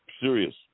serious